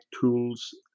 tools